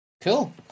Cool